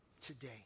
today